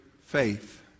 faith